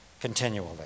continually